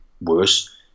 worse